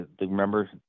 remember